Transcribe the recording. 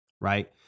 Right